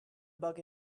bug